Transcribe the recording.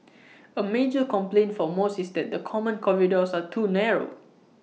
A major complaint for most is that the common corridors are too narrow